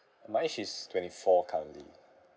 my age is twenty four currently